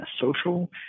social